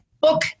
book